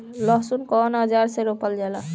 लहसुन कउन औजार से रोपल जाला?